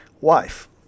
Wife